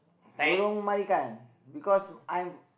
Lorong Marican because I'm f~